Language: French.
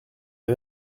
les